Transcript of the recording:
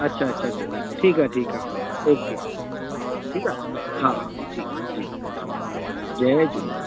अच्छा अच्छा अच्छा ठीकु आहे ठीकु आहे हलो ओके हा ठीकु आहे हा हा ठीकु जी हा जय झूलेलाल